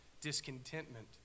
discontentment